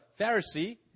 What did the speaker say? Pharisee